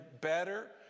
better